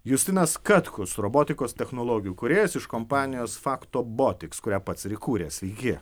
justinas katkus robotikos technologijų kūrėjas iš kompanijos faktobotiks kurią pats ir įkūrė sveiki